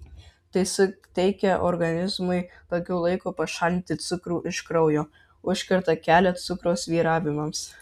tai suteikia organizmui daugiau laiko pašalinti cukrų iš kraujo užkerta kelią cukraus svyravimams